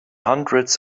hundreds